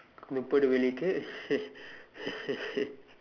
முப்பது வெள்ளிக்கு:muppathu vellikku